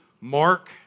Mark